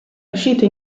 uscito